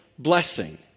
blessing